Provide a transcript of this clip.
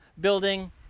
building